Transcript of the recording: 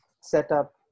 setup